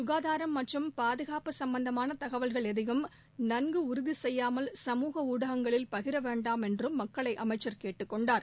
சுகாதாரம் மற்றும் பாதுகாப்பு சும்பந்தமான தகவல்கள் எதையும் நன்கு உறுதி செய்யாமல் சமூக ஊடகங்களில் பகிர வேண்டாம் என்று மக்களை அமைச்சர் கேட்டுக் கொண்டார்